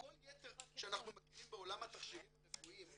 כל היתר שאנחנו מכירים בעולם התכשירים הרפואיים זה